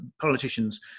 politicians